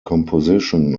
composition